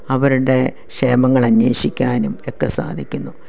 അവരുടെ ക്ഷേമങ്ങൾ അന്വേഷിക്കാനും ഒക്കെ സാധിക്കുന്നു